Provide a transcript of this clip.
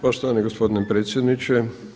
Poštovani gospodine predsjedniče.